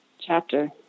chapter